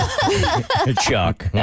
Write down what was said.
Chuck